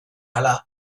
ahala